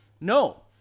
No